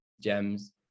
gems